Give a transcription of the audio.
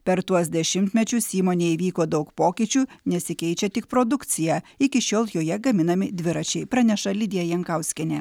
per tuos dešimtmečius įmonėj įvyko daug pokyčių nesikeičia tik produkcija iki šiol joje gaminami dviračiai praneša lidija jankauskienė